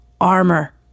armor